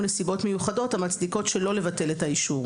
נסיבות מיוחדות המצדיקות שלא לבטל את האישור"